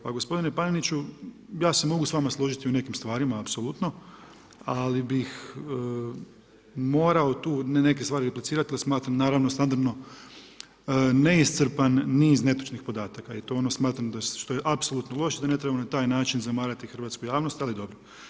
Pa gospodine Paneniću, ja se mogu s vama složiti u nekim stvarima apsolutno ali bih moram tu ne neke stvari replicirati jer smatram naravno standardno, neiscrpan niz netočnih podataka i to je ono što smatram apsolutno loše, da ne trebamo na taj način zamarati hrvatsku javnost, ali dobro.